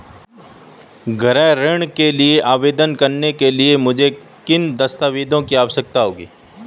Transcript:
गृह ऋण के लिए आवेदन करने के लिए मुझे किन दस्तावेज़ों की आवश्यकता है?